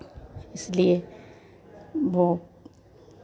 इसलिए वो